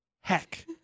heck